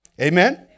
Amen